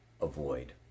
avoid